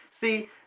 See